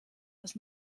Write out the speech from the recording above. das